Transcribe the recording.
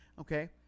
okay